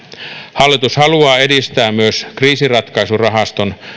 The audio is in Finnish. hallitus haluaa edistää myös kriisinratkaisurahaston